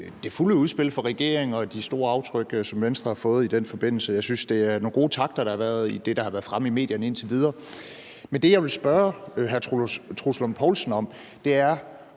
det fulde udspil fra regeringen og de store aftryk, som Venstre har fået i den forbindelse. Jeg synes, det er nogle gode takter, der har været i det, der har været fremme i medierne indtil videre. Men det, jeg vil spørge hr. Troels Lund Poulsen om, er,